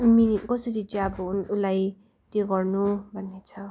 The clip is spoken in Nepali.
कसरी चाहिँ अब उसलाई त्यो गर्नु भन्ने छ